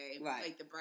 Right